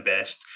best